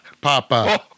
Papa